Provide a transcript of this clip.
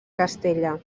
castella